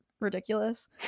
Ridiculous